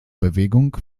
bewegung